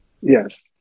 Yes